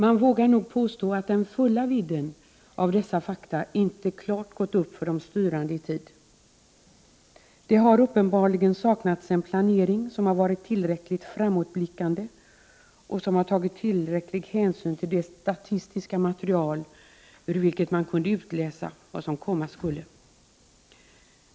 Man vågar nog påstå att den fulla vidden av dessa fakta inte i tid klart gått upp för de styrande. Det har uppenbarligen saknats en planering som varit tillräckligt framåtblickande och där man tagit tillbörlig hänsyn till det statistiska material ur vilket man hade kunnat utläsa vad som komma skulle.